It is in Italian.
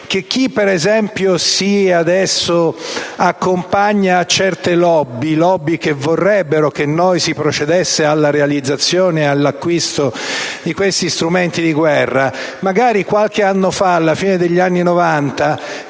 che chi adesso si accompagna a certe *lobby,* che vorrebbero si procedesse alla realizzazione e all'acquisto di questi strumenti di guerra, magari qualche anno fa, alla fine degli anni Novanta,